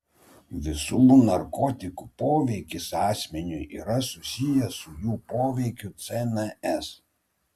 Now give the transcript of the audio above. visų narkotikų poveikis asmeniui yra susijęs su jų poveikiu cns